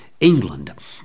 England